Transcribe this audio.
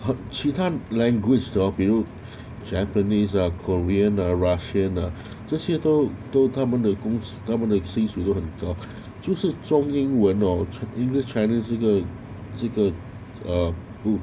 他其他 language the hor 比如 japanese ah korean ah russian ah 这些都都他们的公司他们的薪水都很高就是中英文 hor english chinese 这个这个 uh